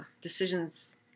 decisions